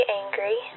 angry